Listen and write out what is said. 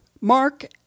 Mark